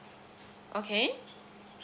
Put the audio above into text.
okay